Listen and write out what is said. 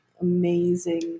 amazing